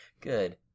Good